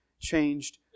changed